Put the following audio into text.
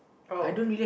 oh okay